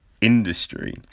industry